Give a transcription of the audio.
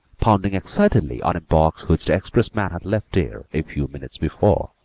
pounding excitedly on a box which the express-man had left there a few minutes before.